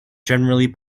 generally